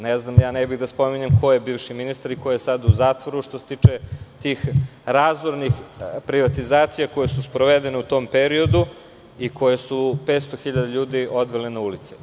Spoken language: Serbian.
Ne bih da spominjem ko je bivši ministar i ko je sada u zatvoru što se tiče tih razornih privatizacija koje su sprovedene u tom periodu i koje su 500 hiljada ljudi odvele na ulice.